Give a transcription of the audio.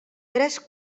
tres